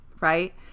right